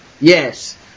Yes